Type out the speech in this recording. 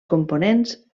components